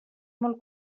molt